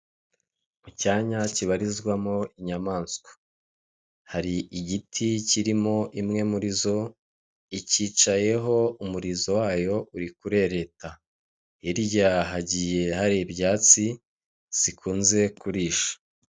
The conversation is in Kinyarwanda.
Mu cyanya kibarizwamo inyamaswa. Hari igiti kirimo imwe muri zo, icyicayeho, umurizo wayo uri kurereta. Hirya hagiye hari ibyatsi zikunze kurisha.